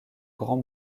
grand